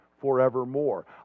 forevermore